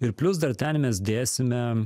ir plius dar ten mes dėsime